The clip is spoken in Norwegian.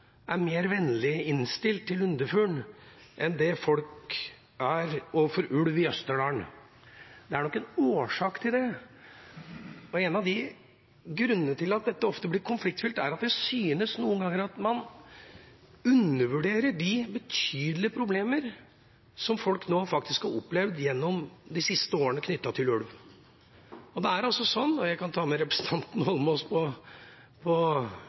er mer vennlig innstilt til lundefugl enn det folk i Østerdalen er til ulv. Det er nok en årsak til det. En av grunnene til at dette ofte blir konfliktfylt, er at det synes som man noen ganger undervurderer de betydelige problemene som folk faktisk har opplevd knyttet til ulv i de siste årene. Jeg kan gjerne ta med representanten Holmås på en kort weekend i Østerdalen hvis han vil høre og